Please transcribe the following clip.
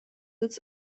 sitz